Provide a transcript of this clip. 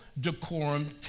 decorum